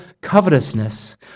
covetousness